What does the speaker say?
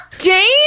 Jane